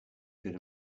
could